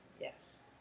yes